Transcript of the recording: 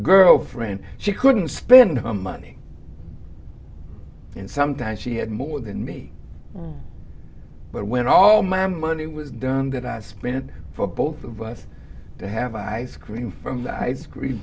girlfriend she couldn't spend her money and sometimes she had more than me but when all my money was done that i sprinted for both of us to have ice cream from that ice cream